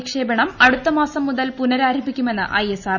വിക്ഷേപണം അടുത്ത് മാസം മുതൽ പുനരാരംഭിക്കുമെന്ന് ഐഎസ്ആർഒ